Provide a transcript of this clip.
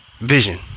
vision